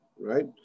right